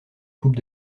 coupe